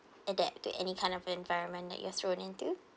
adapt to any kind of environment that you're thrown into